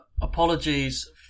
Apologies